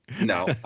No